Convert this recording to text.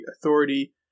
authority